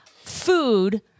food